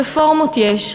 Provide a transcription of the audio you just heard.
רפורמות יש,